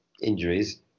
injuries